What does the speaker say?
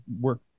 work